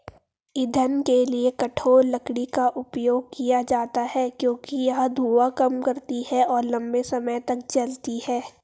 ईंधन के लिए कठोर लकड़ी का उपयोग किया जाता है क्योंकि यह धुआं कम करती है और लंबे समय तक जलती है